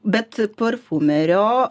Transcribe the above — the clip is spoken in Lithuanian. bet parfumerio